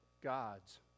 God's